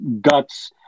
guts